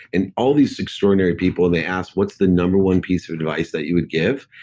and all these extraordinary people, they asked, what's the number one piece of advice that you would give?